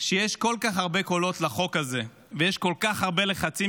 כשיש כל כך הרבה קולות לחוק הזה ויש כל כך הרבה לחצים,